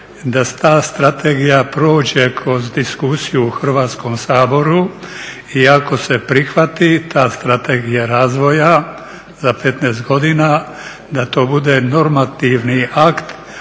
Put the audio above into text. Da ta strategija prođe kroz diskusiju u Hrvatskom saboru i ako se prihvati ta strategija razvoja za 15 godina da to bude normativni akt